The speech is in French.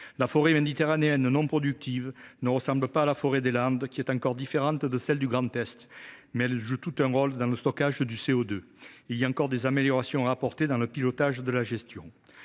La forêt méditerranéenne, non productive, ne ressemble pas à la forêt des Landes, qui est encore différente de celle du Grand Est, mais elles jouent toutes un rôle dans le stockage du CO2. Il y a encore des améliorations à apporter dans le pilotage de la gestion.